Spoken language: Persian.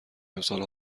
امسال